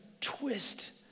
twist